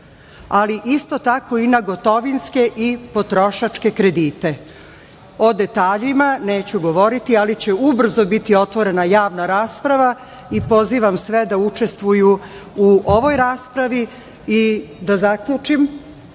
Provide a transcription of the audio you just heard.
ali isto tako i na gotovinske i potrošačke kredite. O detaljima neću govoriti, ali će ubrzo biti otvorena javna rasprava i pozivam sve da učestvuju u ovoj raspravi. Zahvaljujem